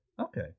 okay